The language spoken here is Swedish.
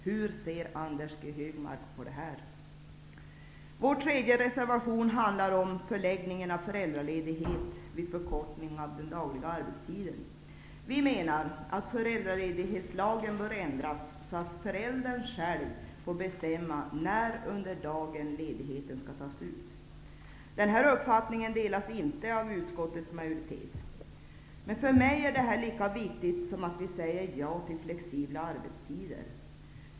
Hur ser Anders G Högmark på detta? Vår tredje reservation handlar om förläggning av föräldraledighet vid förkortning av den dagliga arbetstiden. Föräldraledighetslagen bör ändras så, att föräldern själv får bestämma när under dagen ledigheten skall tas ut. Utskottets majoritet delar dock inte denna uppfattning. För mig är detta lika viktigt som att säga ja till flexibla arbetstider.